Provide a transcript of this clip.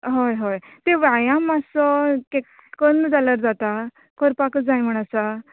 हय हय ते व्यायाम मातसो के करना जाल्या जाता करपाकूत जाय म्हण आसा